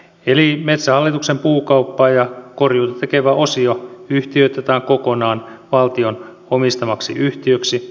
eli metsähallituksen puukauppaa ja korjuuta tekevä osio yhtiöitetään kokonaan valtion omistamaksi yhtiöksi